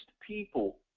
people